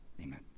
amen